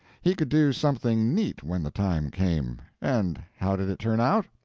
he could do something neat when the time came. and how did it turn out?